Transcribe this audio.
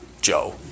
Joe